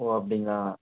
ஓ அப்படிங்களா